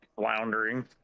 floundering